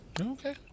Okay